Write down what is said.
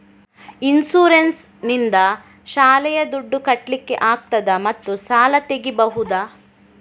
Insurance ನಿಂದ ಶಾಲೆಯ ದುಡ್ದು ಕಟ್ಲಿಕ್ಕೆ ಆಗ್ತದಾ ಮತ್ತು ಸಾಲ ತೆಗಿಬಹುದಾ?